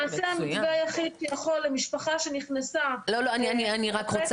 למעשה המתווה היחיד למשפחה שנכנסה --- אני רוצה